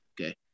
Okay